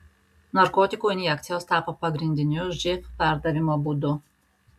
narkotikų injekcijos tapo pagrindiniu živ perdavimo būdu